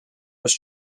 was